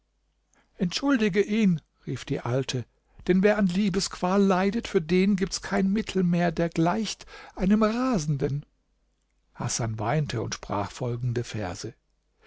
entschuldige ihn rief die alte denn wer an liebesqual leidet für den gibt's kein mittel mehr der gleicht einem rasenden hasan weinte und sprach folgende verse